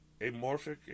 amorphic